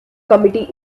committee